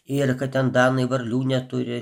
į eriką ten danai varlių neturi